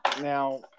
Now